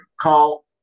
call